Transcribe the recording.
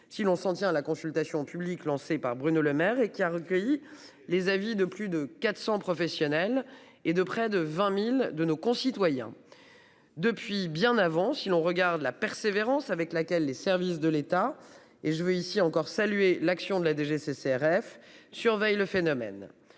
Si l'on s'en tient à la consultation publique lancée par Bruno Lemaire et qui a recueilli les avis de plus de 400 professionnels et de près de 20.000 de nos concitoyens. Depuis bien avant. Si l'on regarde la persévérance avec laquelle les services de l'État et je veux ici encore salué l'action de la DGCCRF surveille le phénomène.